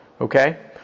Okay